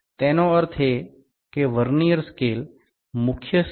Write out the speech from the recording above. તેનો અર્થ એ કે વર્નીઅર સ્કેલ મુખ્ય સ્કેલના 0